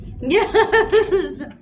yes